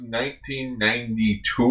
1992